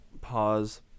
pause